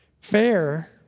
Fair